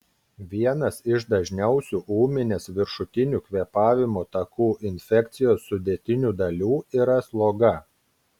vienas iš dažniausių ūminės viršutinių kvėpavimo takų infekcijos sudėtinių dalių yra sloga